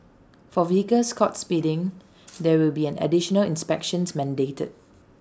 for vehicles caught speeding there will be an additional inspections mandated